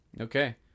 Okay